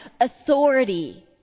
authority